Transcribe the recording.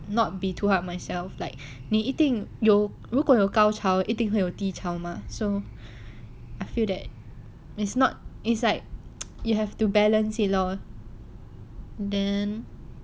not be too hard on myself like 你一定有如果有高潮一定会有低潮 mah I feel that it's not it's like you have to balance it lor um then